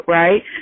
right